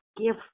give